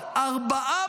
צה"ל.